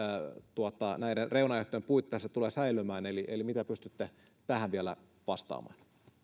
näiden reunaehtojen puitteissa tulee säilymään eli eli mitä pystytte tähän vielä vastaamaan